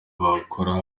bakora